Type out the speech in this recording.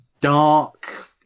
dark